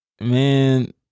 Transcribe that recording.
Man